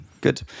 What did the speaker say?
good